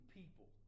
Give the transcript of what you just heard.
people